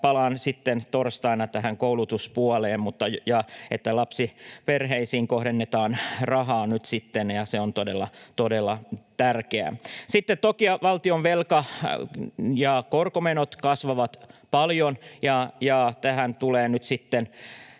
Palaan sitten torstaina tähän koulutuspuoleen, mutta se, että lapsiperheisiin kohdennetaan nyt sitten rahaa, on todella, todella tärkeää. Toki valtionvelka ja korkomenot kasvavat paljon. Ehkä nyt nähdään sitten,